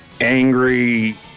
angry